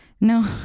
No